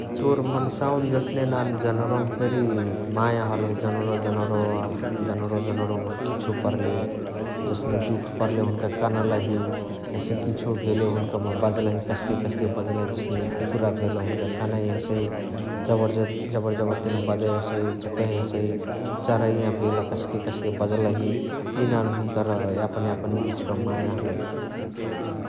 तोर मन्सावमा जसने नानु जनोरवमा फेरी माया हलही जनोरवा जनोरवमा किछो परले जसने दुख परले हुन्का कनलही । हसे किछो भेले हुनुका बजलही कसके कसके बजलही जसने कुकुरा भेल हुनुका कनइ हसइ । जबण जबण तेने बजइ हसइ, भोकइ हसइ । चराइया भेल कसके कसके बजलही । इ नानु हुनुकर याप्न यापन बिचक माया हलइ ।